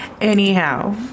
anyhow